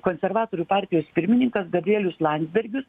konservatorių partijos pirmininkas gabrielius landsbergis